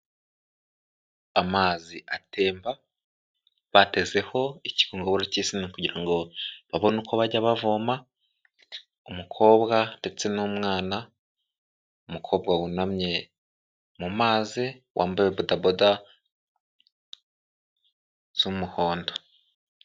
amazi atemba batezeho ikigongoboro cy'isina kugira ngo babone uko bajya bavoma umukobwa ndetse n'umwana, umukobwa wunamye mu mazi wambaye bodaboda z'umuhondo.